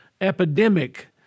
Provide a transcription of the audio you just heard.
Epidemic